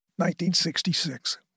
1966